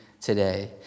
today